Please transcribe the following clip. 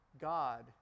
God